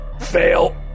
Fail